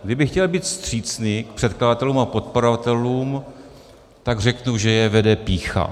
Kdybych chtěl být vstřícný k předkladatelům a podporovatelům, tak řeknu, že je vede pýcha.